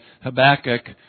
Habakkuk